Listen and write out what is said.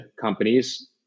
companies